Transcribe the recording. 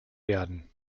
werden